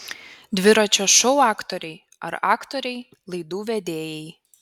dviračio šou aktoriai ar aktoriai laidų vedėjai